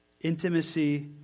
Intimacy